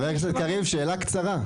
חבר הכנסת קריב, שאלה קצרה.